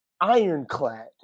ironclad